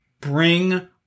Bring